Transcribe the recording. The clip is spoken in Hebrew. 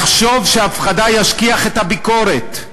לחשוב שהפחדה תשכיח את הביקורת.